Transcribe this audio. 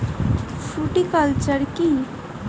Fruticulture কী?